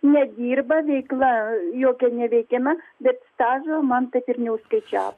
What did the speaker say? nedirba veikla jokia neveikiama bet stažo man taip ir neužskaičiavo